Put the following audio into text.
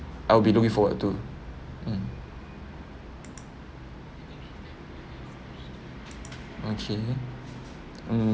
I'll be looking forward to mm okay hmm